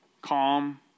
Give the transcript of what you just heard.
calm